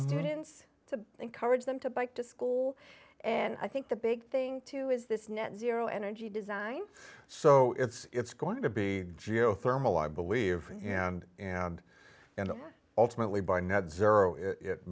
students to encourage them to bike to school and i think the big thing too is this net zero energy design so it's going to be geothermal i believe and and and ultimately by net zero it